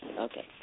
okay